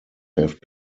have